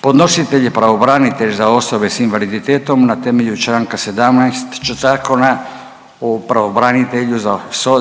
Podnositelj je pravobranitelj za osobe sa invaliditetom na temelju članka 17. Zakona o pravobranitelju